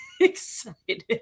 excited